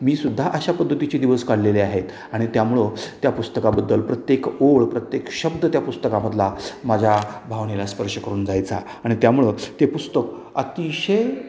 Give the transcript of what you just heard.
मी सुद्धा अशा पद्धतीचे दिवस काढलेले आहेत आणि त्यामुळं त्या पुस्तकाबद्दल प्रत्येक ओळ प्रत्येक शब्द त्या पुस्तकामधला माझ्या भावनेला स्पर्श करून जायचा आणि त्यामुळं ते पुस्तक अतिशय